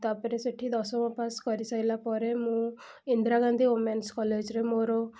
ତା'ପରେ ସେଠି ଦଶମ ପାସ୍ କରି ସାରିଲାପରେ ମୁଁ ଇନ୍ଦିରା ଗାନ୍ଧୀ ଓମେନ୍ସ କଲେଜରେ ମୋର